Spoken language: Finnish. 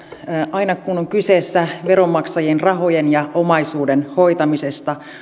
aina kun on kyseessä veronmaksajien rahojen ja omaisuuden hoitaminen